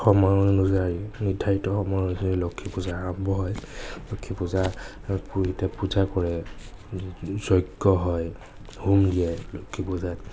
সময় অনুযায়ী নিৰ্ধাৰিত সময় অনুযায়ী লক্ষ্মী পূজা আৰম্ভ হয় লক্ষ্মী পূজাত পুৰোহিতে পূজা কৰে যজ্ঞ হয় হোম দিয়াই লক্ষ্মী পূজাত